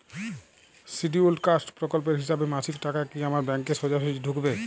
Scheduled caste প্রকল্পের হিসেবে মাসিক টাকা কি আমার ব্যাংকে সোজাসুজি ঢুকবে?